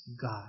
God